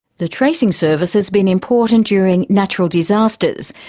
the tracing service has been important during natural disasters,